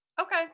Okay